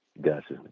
Gotcha